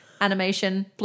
animation